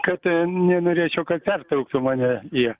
kad nenorėčiau kad pertrauktų mane jie